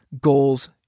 goals